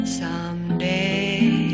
someday